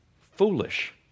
foolish